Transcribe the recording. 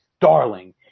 darling